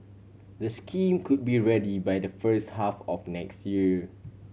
the scheme could be ready by the first half of next year